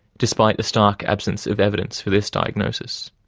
despite a stark absence of evidence for this diagnosis.